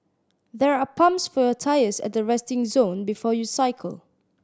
there are pumps for your tyres at the resting zone before you cycle